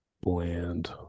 bland